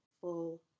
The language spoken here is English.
full